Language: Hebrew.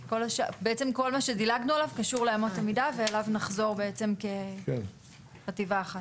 בעצם כל מה שדילגנו עליו קשור לאמות המידה ועליו נחזור כחטיבה אחת.